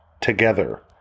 Together